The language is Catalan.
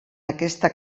aquesta